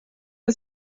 das